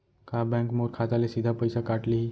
का बैंक मोर खाता ले सीधा पइसा काट लिही?